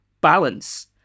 balance